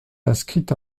inscrit